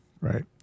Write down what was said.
Right